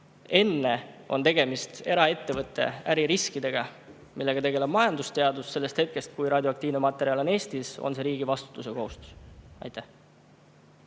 on tegemist eraettevõtte äririskiga, millega tegeleb majandusteadus. Sellest hetkest, kui radioaktiivne materjal on Eestis, on see riigi vastutus ja kohustus. Ma